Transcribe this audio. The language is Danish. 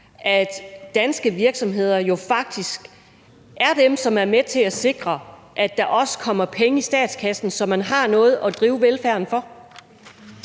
er danske virksomheder, der er med til at sikre, at der også kommer penge i statskassen, så man har noget at drive velfærden for?